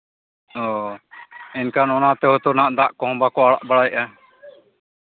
ᱚ ᱮᱱᱠᱷᱟᱱ ᱚᱱᱟᱛᱮ ᱦᱳᱭᱛᱳ ᱦᱟᱸᱜ ᱫᱟᱜ ᱠᱚᱦᱚᱸ ᱵᱟᱠᱚ ᱟᱲᱟᱜ ᱵᱟᱲᱟᱭᱮᱫᱼᱟ